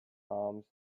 alms